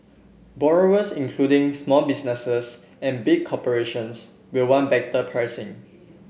borrowers including small businesses and big corporations will want better pricing